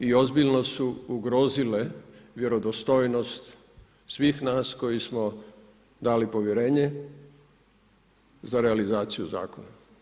I ozbiljno su ugrozile vjerodostojnost svih nas koji smo dali povjerenje za realizaciju zakona.